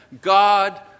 God